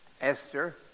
Esther